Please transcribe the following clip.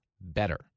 better